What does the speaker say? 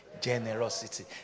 Generosity